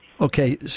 Okay